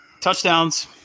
Touchdowns